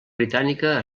britànica